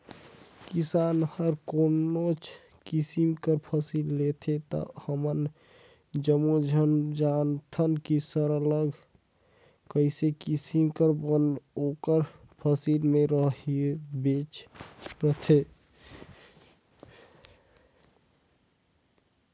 किसान हर कोनोच किसिम कर फसिल लेथे ता हमन जम्मो झन जानथन सरलग कइयो किसिम कर बन ओकर फसिल में रहबेच करथे